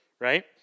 Right